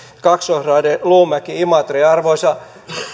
kaksoisraide luumäki imatra ja arvoisa